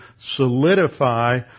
solidify